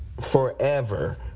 forever